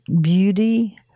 beauty